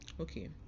okay